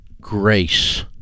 grace